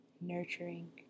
nurturing